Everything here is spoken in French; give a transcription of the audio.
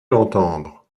l’entendre